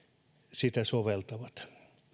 sitä soveltavat